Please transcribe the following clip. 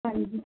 ਹਾਂਜੀ